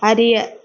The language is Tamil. அறிய